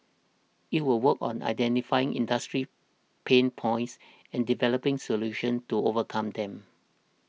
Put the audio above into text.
it will work on identifying industry pain points and developing solutions to overcome them